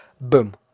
boom